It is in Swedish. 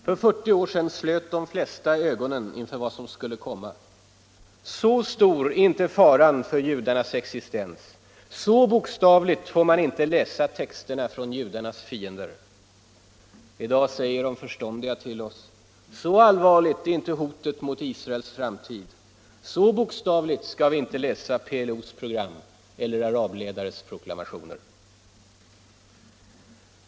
För 40 år sedan slöt de flesta ögonen inför vad som skulle komma: Så stor är inte faran för judarnas existens, så bokstavligt får man inte läsa texterna från judarnas fiender. I dag säger de förståndiga till oss: Så allvarligt är inte hotet mot Israels framtid, så bokstavligt skall vi inte läsa PLO:s program eller arabledares proklamationer.